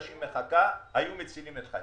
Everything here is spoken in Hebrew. היו מצילים את חייה.